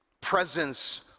presence